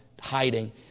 Hiding